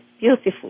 beautiful